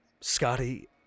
Scotty